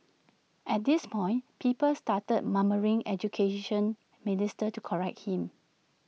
at this point people started murmuring Education Minister to correct him